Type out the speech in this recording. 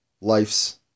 life's